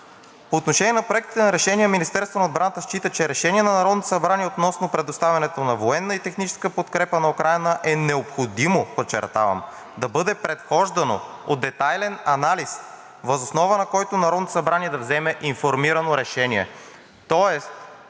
„По отношение на Проекта на решение Министерството на отбраната счита, че решение на Народното събрание относно предоставянето на военна и техническа подкрепа на Украйна е необходимо – подчертавам – да бъде предхождано от детайлен анализ, въз основа на който Народното събрание да вземе информирано решение.“